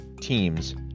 teams